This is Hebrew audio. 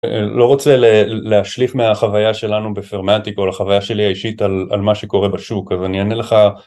לא רוצה להשליך מהחוויה שלנו בפרמטיק או לחוויה שלי האישית על מה שקורה בשוק, אז אני אענה לך.